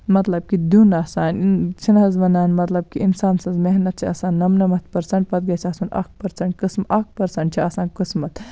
مَطلَب کہِ دِیُن آسان چھِ نہ حظ وَنان کہِ اِنسان سٕنٛز محنت چھِ آسان نَمنَمَتھ پرسنٹ پَتہٕ گَژھِ آسُن اکھ پرسنٹ قٕسمت اکھ پرسنٹ چھُ آسان قٕسمت